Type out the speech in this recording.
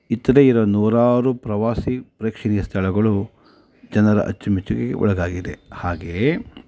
ಇತರೆ ಇರೋ ನೂರಾರು ಪ್ರವಾಸಿ ಪ್ರೇಕ್ಷಣೀಯ ಸ್ಥಳಗಳು ಜನರ ಅಚ್ಚುಮೆಚ್ಚುಗೆಗೆ ಒಳಗಾಗಿದೆ ಹಾಗೆಯೇ